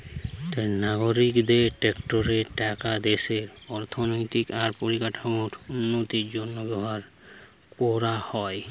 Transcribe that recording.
নাগরিকদের ট্যাক্সের টাকা দেশের অর্থনৈতিক আর পরিকাঠামোর উন্নতির জন্য ব্যবহার কোরা হয়